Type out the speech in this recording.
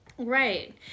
Right